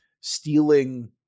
stealing